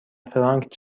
فرانک